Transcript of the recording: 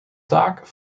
taak